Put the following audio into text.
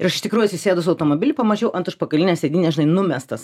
ir aš iš tikrųjų atsisėdus automobily pamačiau ant užpakalinės sėdynės žinai numestas